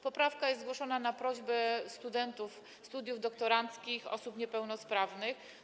Poprawka została zgłoszona na prośbę studentów studiów doktoranckich, osób niepełnosprawnych.